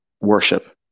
worship